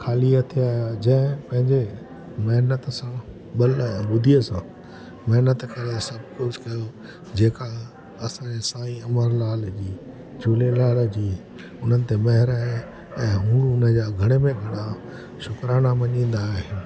ख़ाली हथे आहियां जंहिं पंहिंजे महिनत सां बल ऐं बुद्धीअ सां महिनत करे असां कुझु कयो जेका असांजे साईं अमरलाल जी झूलेलाल जी उन्हनि ते महिर आहे ऐं हू हुन जा घणे में घणा शुकराना मञींदा आहिनि